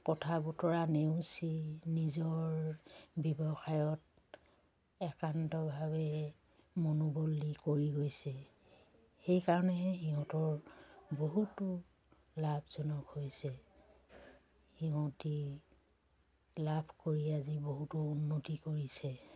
কথা বতৰা নেওচি নিজৰ ব্যৱসায়ত একান্তভাৱে মনোবলি কৰি গৈছে সেইকাৰণেহে সিহঁতৰ বহুতো লাভজনক হৈছে সিহঁতে লাভ কৰি আজি বহুতো উন্নতি কৰিছে